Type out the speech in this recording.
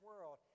world